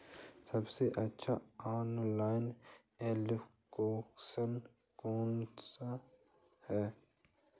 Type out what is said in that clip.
सबसे अच्छी online application कौन सी है?